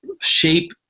shape